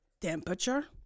temperature